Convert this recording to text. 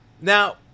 Now